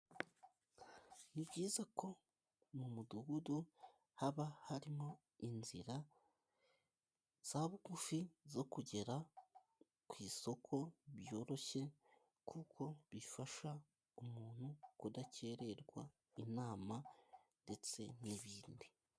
Ni byiza ko mu mudugudu haba harimo inzira za bugufi zo kugera ku isoko byoroshye, kuko bifasha umuntu kudakererwa inama ndetse n'ibindi.